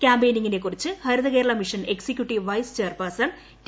കൃാംപെയിനിംങ്ങിനെക്കുറിച്ച് Harithakeralam mission executive vice chairperson T